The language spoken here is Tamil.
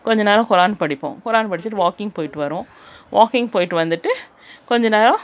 கொஞ்சம் நேரம் குரான் படிப்போம் குரான் படித்திட்டு வாக்கிங் போய்விட்டு வரோம் வாக்கிங் போய்விட்டு வந்துட்டு கொஞ்சம் நேரம்